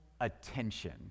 attention